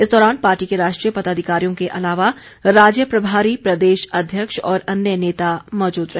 इस दौरान पार्टी के राष्ट्रीय पदाधिकारियों के अलावा राज्य प्रभारी प्रदेश अध्यक्ष और अन्य नेता मौजूद रहे